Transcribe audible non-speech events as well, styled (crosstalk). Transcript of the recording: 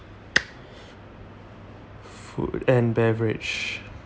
(noise) food and beverage